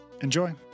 Enjoy